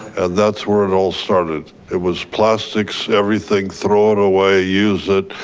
that's where it all started. it was plastics, everything, throw it away, use it,